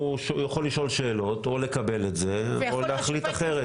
הוא יכול לשאול שאלות או לקבל את זה או להחליט אחרת.